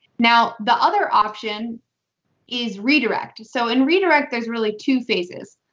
now, the other option is redirect. so in redirect, there's really two phases.